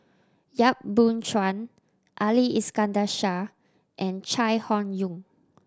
Yap Boon Chuan Ali Iskandar Shah and Chai Hon Yoong